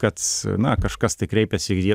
kad na kažkas tai kreipiasi ir jie